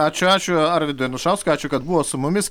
ačiū ačiū arvydui anušauskui ačiū kad buvo su mumis